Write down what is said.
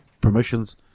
promotions